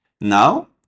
Now